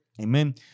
Amen